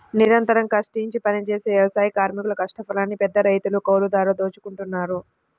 నిరంతరం కష్టించి పనిజేసే వ్యవసాయ కార్మికుల కష్టఫలాన్ని పెద్దరైతులు, కౌలుదారులు దోచుకుంటన్నారు